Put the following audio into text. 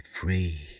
free